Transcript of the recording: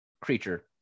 creature